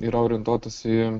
yra orientuotos į